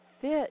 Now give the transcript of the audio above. fit